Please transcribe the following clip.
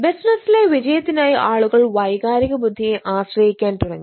ബിസിനസ്സിലെ വിജയത്തിനായി ആളുകൾ വൈകാരിക ബുദ്ധിയെ ആശ്രയിക്കാൻ തുടങ്ങി